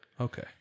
Okay